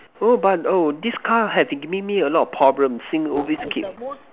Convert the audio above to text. oh but oh this car had been giving me a lot of problem seem always keep